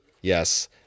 Yes